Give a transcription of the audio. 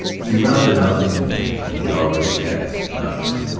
he rounded out the information she already had from ignacio.